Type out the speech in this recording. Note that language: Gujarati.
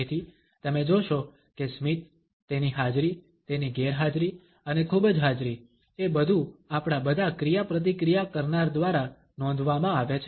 તેથી તમે જોશો કે સ્મિત તેની હાજરી તેની ગેરહાજરી અને ખૂબ જ હાજરી એ બધુ આપણા બધા ક્રિયાપ્રતિક્રિયા કરનાર દ્વારા નોંધવામાં આવે છે